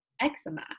eczema